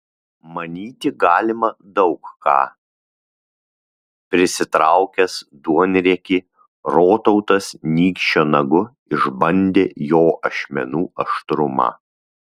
manyti galima daug ką prisitraukęs duonriekį rotautas nykščio nagu išbandė jo ašmenų aštrumą